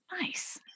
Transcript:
Nice